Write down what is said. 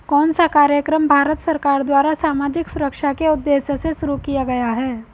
कौन सा कार्यक्रम भारत सरकार द्वारा सामाजिक सुरक्षा के उद्देश्य से शुरू किया गया है?